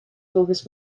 volgens